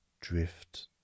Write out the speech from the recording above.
drift